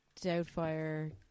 Doubtfire